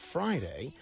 Friday